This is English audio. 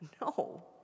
No